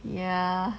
ya